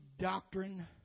doctrine